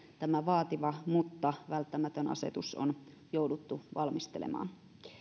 tämä vaativa mutta välttämätön asetus on jouduttu valmistelemaan